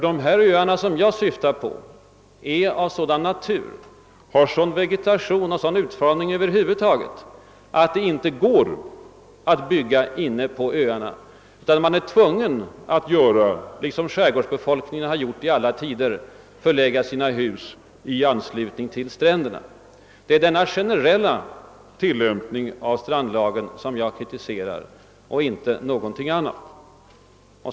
De öar som jag syftade på är av sådan natur och har sådan vegetation och utformning att det inte går att bygga inne på öarna utan man är tvungen att, som skärgårdsbefolkningen gjort i alla tider, förlägga husen i anslutning till stränderna. Det är denna generella tillämpning av strandlagen som jag kritiserar och ingenting annat.